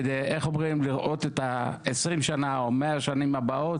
כדי לראות את עשרים או מאה השנים הבאות,